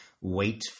wait